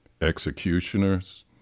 Executioners